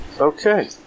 Okay